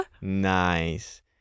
Nice